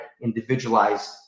individualized